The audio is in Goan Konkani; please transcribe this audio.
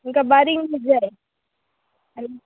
अमकां बारीक मीठ जाय आनी